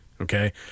Okay